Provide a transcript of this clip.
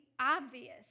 obvious